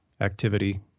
activity